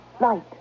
light